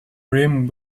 rim